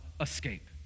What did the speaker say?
escape